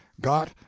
got